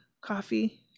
coffee